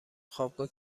خوابگاه